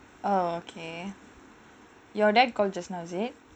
oh okay your dad call just now is it